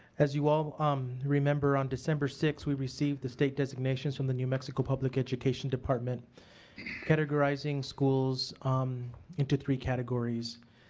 as you all um remember on december sixth we received the state designations from the new mexico public education department categorizing schools into three categories.